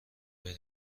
بری